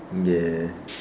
ya